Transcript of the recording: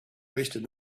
wasted